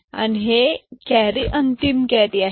तर हे कॅरी अंतिम कॅरी आहे